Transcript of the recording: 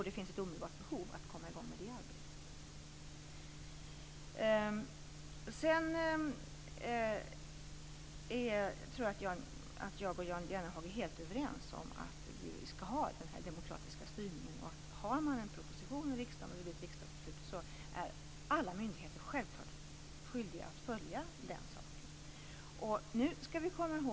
Det finns ett omedelbart behov att komma igång med det arbetet. Jag tror att jag och Jan Jennehag är helt överens om att vi skall ha en demokratisk styrning. Läggs det fram en proposition i riksdagen och det blir ett riksdagsbeslut är alla myndigheter självklart skyldiga att följa det.